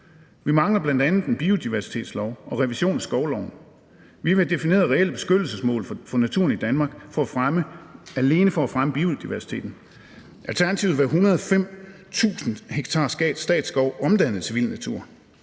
Vi mangler bl.a. en biodiversitetslov og en revision af skovloven. Vi vil have defineret reelle beskyttelsesmål for naturen i Danmark alene for at fremme biodiversiteten. Alternativet vil have 105.000 ha statsskov omdannet til vild natur.